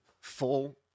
full